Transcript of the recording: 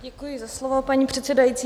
Děkuji za slovo, paní předsedající.